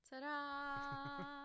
Ta-da